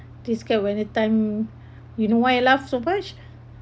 discover anytime you know why I laugh so much